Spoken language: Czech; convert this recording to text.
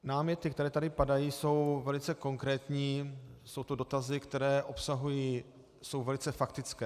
Náměty, které tady padají, jsou velice konkrétní, jsou to dotazy, které obsahují... jsou velice faktické.